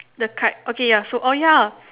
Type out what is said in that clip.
the cart okay ya so oh ya